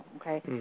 okay